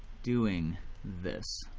doing this